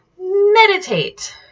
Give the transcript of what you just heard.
meditate